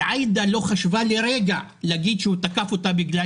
ועאידה לא חשבה לרגע להגיד שהוא תקף אותה בגלל